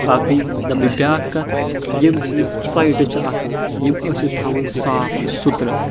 باقٕے دپہٕ بہٕ بیٛاکھ کتھ یِم تہِ یِم سایٹ چھِ آسان یِم ٲسِو تھاوان صاف تہٕ سُترٕ